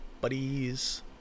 buddies